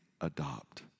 adopt